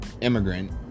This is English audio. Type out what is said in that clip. immigrant